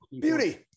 Beauty